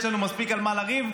יש לנו מספיק על מה לריב.